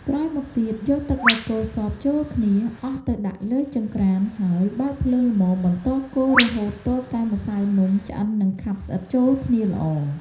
ក្រោយមកទៀតយកទឹកដែលកូរសព្វចូលគ្នាអស់ទៅដាក់លើចង្រ្កាន ហើយបើកភ្លើងល្មមបន្តកូររហូតទាល់តែម្សៅនំឆ្អិននិងខាប់ស្អិតចូលគ្នាល្អ។